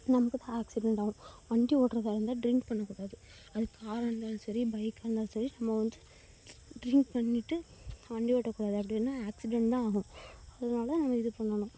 நமக்கு தான் ஆக்ஸிடெண்ட் ஆகும் வண்டி ஓட்டுறதா இருந்தால் ட்ரிங்க் பண்ணக்கூடாது அது காராக இருந்தாலும் சரி பைக்காக இருந்தாலும் சரி நம்ம வந்து ட்ரிங்க் பண்ணிவிட்டு வண்டி ஓட்டக்கூடாது அப்படினா ஆக்ஸிடெண்ட் தான் ஆகும் அதனால தான் நம்ம இது பண்ணணும்